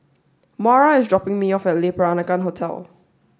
Moira is dropping me off at Le Peranakan Hotel